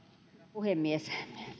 puhemies